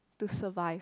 to survive